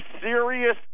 serious